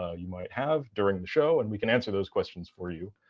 ah you might have during the show, and we can answer those questions for you,